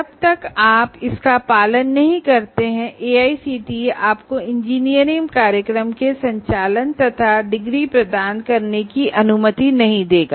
जब तक आप इसका पालन नहीं करते हैं एआईसीटीई आपको इंजीनियरिंग कार्यक्रम के संचालन तथा डिग्री प्रदान करने की अनुमति नहीं देगा